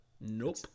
Nope